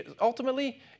ultimately